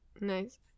Nice